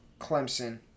Clemson